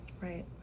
right